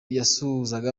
yasuhuzaga